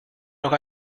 noch